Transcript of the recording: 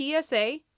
PSA